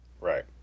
Right